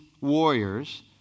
warriors